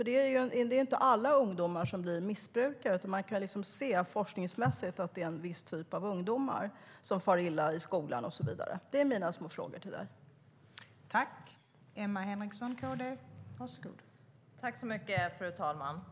Det är ju inte alla ungdomar som blir missbrukare, utan man kan forskningsmässigt se att det är en viss typ av ungdomar som far illa i skolan och så vidare. Det är mina frågor till dig, Emma.